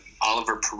Oliver